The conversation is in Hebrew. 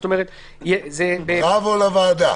בראבו לוועדה.